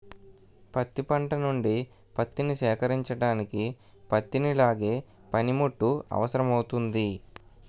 పత్తి పంట నుండి పత్తిని సేకరించడానికి పత్తిని లాగే పనిముట్టు అవసరమౌతుంది